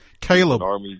Caleb